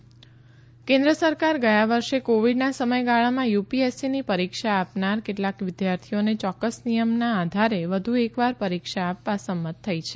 UPSC કેન્દ્ર સરકાર ગયા વર્ષે કોવિડના સમયગાળામાં યુપીએસસીની પરીક્ષા આપનાર કેટલાક વિદ્યાર્થીઓને યોકકસ નિયમના આધારે વધુ એકવાર પરીક્ષા આપવા સંમત થઇ છે